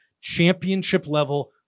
championship-level